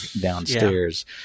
downstairs